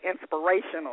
inspirational